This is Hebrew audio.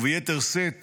וביתר שאת